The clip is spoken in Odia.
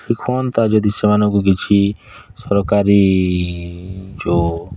କି କ'ଣ ତା' ଯଦି ସେମାନଙ୍କୁ କିଛି ସରକାରୀ ଯେଉଁ